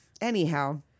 anyhow